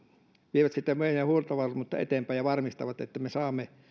vievät sitten meidän huoltovarmuuttamme eteenpäin ja varmistavat että me saamme